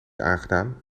aangedaan